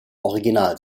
original